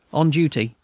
on duty,